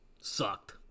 sucked